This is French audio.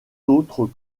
autres